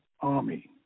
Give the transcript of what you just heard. army